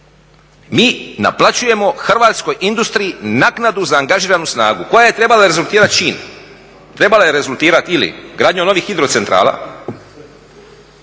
Mi naplaćujemo hrvatskoj industriji naknadu za angažiranu snagu. Koja je trebala rezultirati čime? Trebala je rezultirati ili gradnjom novih hidrocentrala,